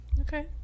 Okay